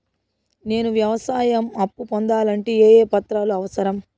నేను వ్యవసాయం అప్పు పొందాలంటే ఏ ఏ పత్రాలు అవసరం?